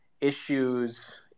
issues